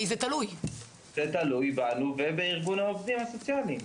זה תלוי בנו ובארגון העובדים הסוציאליים.